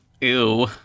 Ew